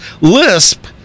lisp